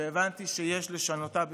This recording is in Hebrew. והבנתי שיש לשנותה בדחיפות.